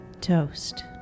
Toast